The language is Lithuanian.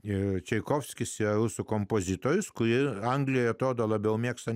ir čaikovskis velso kompozitorius kurie anglijoje atrodo labiau mėgsta